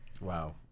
Wow